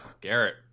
garrett